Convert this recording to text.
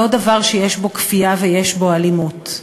לא דבר שיש בו כפייה ויש בו אלימות.